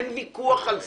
אין ויכוח על זה,